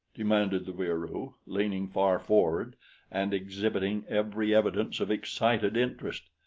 demanded the wieroo, leaning far forward and exhibiting every evidence of excited interest.